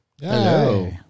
Hello